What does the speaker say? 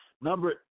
Number